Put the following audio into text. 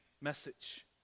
message